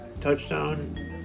touchdown